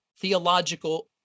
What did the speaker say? theological